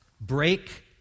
Break